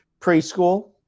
preschool